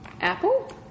apple